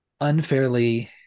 unfairly